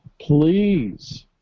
please